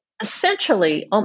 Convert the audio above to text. essentially